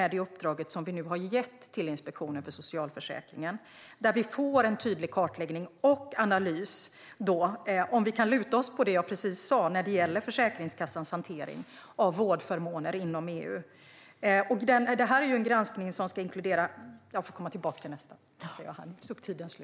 Det uppdrag som vi nu har gett till Inspektionen för socialförsäkringen är viktigt för att vi ska få en tydlig kartläggning och analys av om vi kan luta oss mot Försäkringskassans hantering av vårdförmåner inom EU.